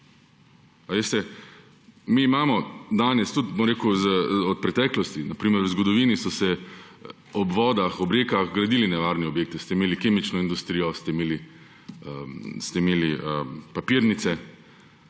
Mi imamo danes tudi, bom rekel, v preteklosti, na primer v zgodovini, so se ob vodah, ob rekah gradili nevarni objekti, ste imeli kemično industrijo, ste imeli papirnice,